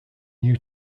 new